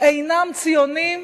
אינם ציונים,